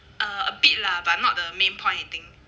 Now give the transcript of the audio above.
err a bit lah but not the main point I think